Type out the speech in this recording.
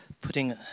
putting